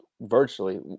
virtually